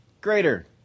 greater